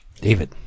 David